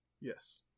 Yes